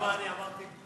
הקשבת למה שאני אמרתי?